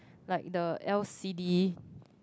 like the L_C_D